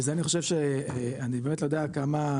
וזה אני חושב שאני באמת לא יודע כמה,